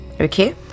okay